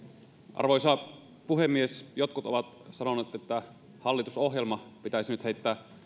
arvoisa puhemies jotkut ovat sanoneet että hallitusohjelma pitäisi nyt heittää